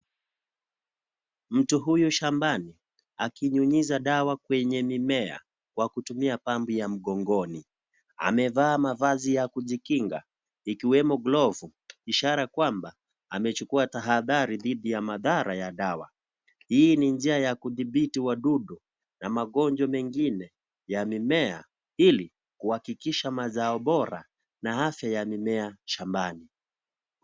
Mtu huyu shambani akinyunyiza dawa kwenye mimea kwa kutumia pampu ya mgongoni ,amevaa mavazi ya kujikinga ikiwemo glovu ishara ya kwamba amechukua tahadhari dhidi ya madhara ya dawa, hii ni njia ya kudhibiti wadudu na magonjwa mengine ya mimea ili kuhakikisha mazao bora na afya ya mimea shambani.